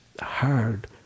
hard